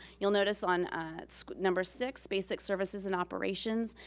you'll notice on number six, basic services and operations,